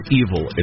evil